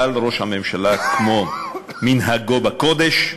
אבל ראש הממשלה, כמנהגו בקודש,